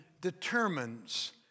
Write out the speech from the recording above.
determines